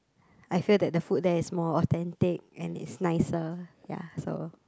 I feel that the food that is more authentic and it's nicer ya so